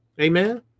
amen